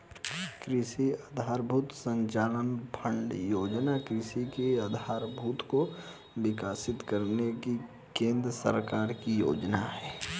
कृषि आधरभूत संरचना फण्ड योजना कृषि के आधारभूत को विकसित करने की केंद्र सरकार की योजना है